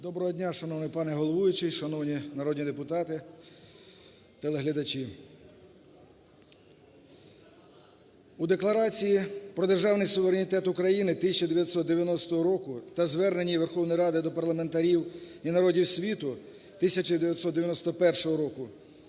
Доброго дня, шановний пане головуючий, шановні народні депутати, телеглядачі! У Декларації про Державний суверенітет України 1990 року та Зверненні Верховної Ради до парламентарів і народів світу 1991 року